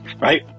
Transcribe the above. right